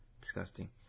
disgusting